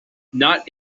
not